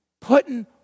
putting